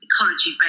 ecology